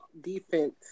defense –